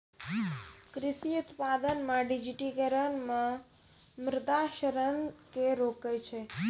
कृषि उत्पादन मे डिजिटिकरण मे मृदा क्षरण के रोकै छै